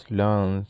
learn